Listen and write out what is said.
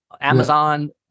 Amazon